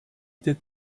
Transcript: did